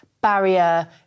barrier